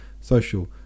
Social